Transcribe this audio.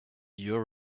your